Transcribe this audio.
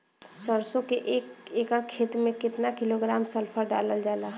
सरसों क एक एकड़ खेते में केतना किलोग्राम सल्फर डालल जाला?